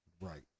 Right